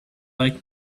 like